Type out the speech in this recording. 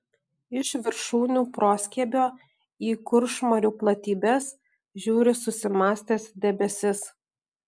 iš viršūnių proskiebio į kuršmarių platybes žiūri susimąstęs debesis